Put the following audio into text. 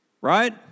Right